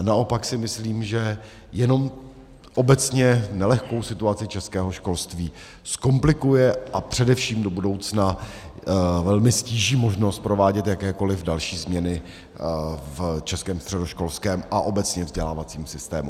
Naopak si myslím, že jenom obecně nelehkou situaci českého školství zkomplikuje a především do budoucna velmi ztíží možnost provádět jakékoli další změny v českém středoškolském a obecně vzdělávacím systému.